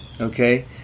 Okay